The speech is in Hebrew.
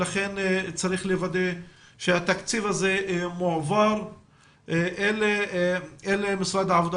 לכן צריך לוודא שהתקציב הזה מועבר אל משרד העבודה